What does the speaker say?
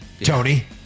Tony